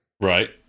Right